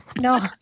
no